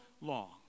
long